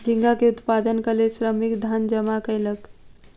झींगा के उत्पादनक लेल श्रमिक धन जमा कयलक